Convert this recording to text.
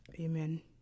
amen